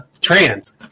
trans